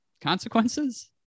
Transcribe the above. consequences